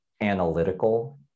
analytical